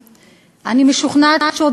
אני משוכנעת שיש תאים רדומים,